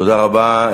תודה רבה.